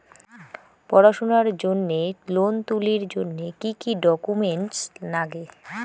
পড়াশুনার জন্যে লোন তুলির জন্যে কি কি ডকুমেন্টস নাগে?